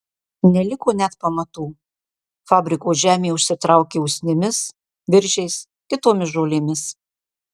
neliko net pamatų fabriko žemė užsitraukė usnimis viržiais kitomis žolėmis